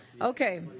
Okay